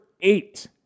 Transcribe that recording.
eight